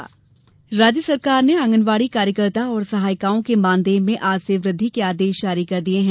मानदेय वृद्वि राज्य शासन ने आंगनवाड़ी कार्यकर्ता और सहायिकाओं के मानदेय में आज से वृद्धि के आदेश जारी कर दिये हैं